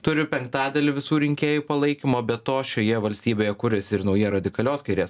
turi penktadalį visų rinkėjų palaikymo be to šioje valstybėje kuriasi ir nauja radikalios kairės